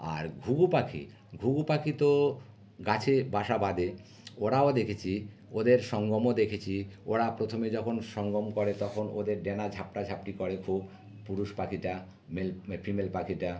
আর ঘুঘু পাখির ঘুঘু পাখি তো গাছে বাসা বাঁধে ওরাও দেখেছি ওদের সঙ্গমও দেখেছি ওরা প্রথমে যখন সঙ্গম করে তখন ওদের ডানা ঝাপটাঝাপটি করে খুব পুরুষ পাখিটা মেল ফিমেল পাখিটা